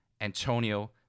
Antonio